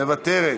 מוותרת,